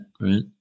Right